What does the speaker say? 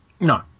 No